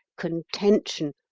contention,